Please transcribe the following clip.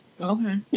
Okay